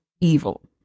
Evil